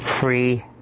free